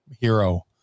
hero